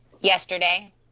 Yesterday